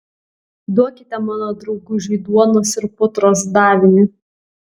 duokite mano draugužiui duonos ir putros davinį